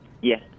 Yes